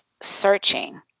searching